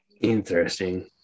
Interesting